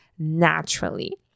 naturally